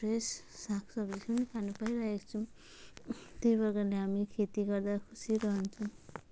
fresh सागसब्जी पनि खानु पाइरहेको छौँ त्यही प्रकारले हामी खेती गर्दा खुसी रहन्छौँ